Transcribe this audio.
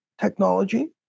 technology